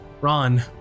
Ron